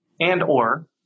and/or